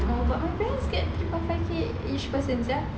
but my parents get three point five K each person sia